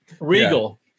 Regal